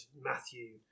Matthew